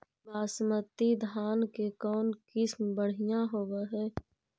बासमती धान के कौन किसम बँढ़िया होब है?